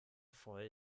voll